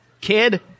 kid